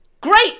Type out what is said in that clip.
Great